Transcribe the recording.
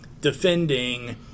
defending